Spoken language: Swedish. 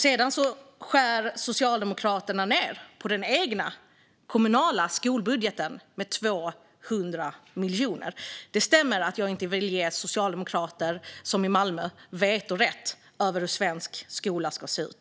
Sedan skär Socialdemokraterna ned den kommunala skolbudgeten med 200 miljoner. Det stämmer att jag inte, som i Malmö, vill ge socialdemokrater vetorätt över hur svensk skola ska se ut.